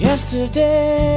Yesterday